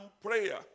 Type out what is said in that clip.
prayer